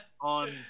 on